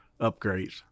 upgrades